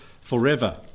forever